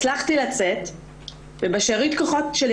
הצלחתי לצאת בשארית כוחותיי,